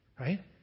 Right